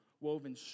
woven